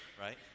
right